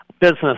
Business